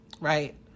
right